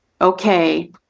okay